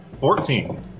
Fourteen